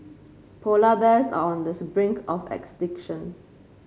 polar bears are on the brink of extinction